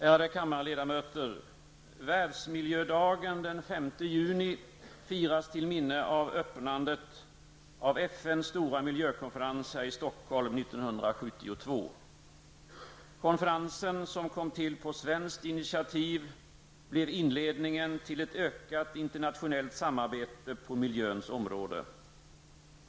Ärade kammarledamöter! Världsmiljödagen, den 5 juni, firas till minne av öppnandet av FNs stora miljökonferens här i Stockholm 1972. Konferensen, som kom till på svenskt initiativ, blev inledningen till ett ökat internationellt samarbete på miljöns område.